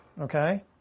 okay